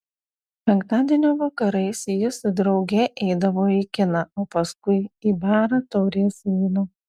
penktadienio vakarais ji su drauge eidavo į kiną o paskui į barą taurės vyno